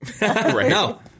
No